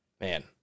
man